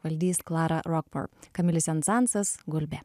valdys klara rokmor kamilis sensansas gulbė